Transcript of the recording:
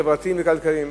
חברתיים וכלכליים,